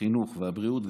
החינוך והבריאות,